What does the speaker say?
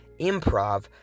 improv